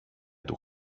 του